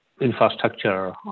infrastructure